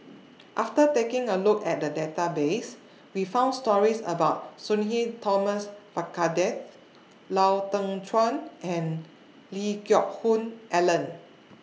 after taking A Look At The Database We found stories about Sudhir Thomas Vadaketh Lau Teng Chuan and Lee Geck Hoon Ellen